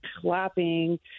clapping